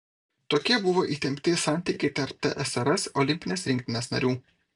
tokie buvo įtempti santykiai tarp tsrs olimpinės rinktinės narių